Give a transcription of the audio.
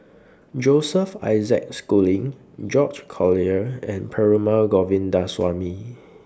Joseph Isaac Schooling George Collyer and Perumal Govindaswamy